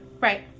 right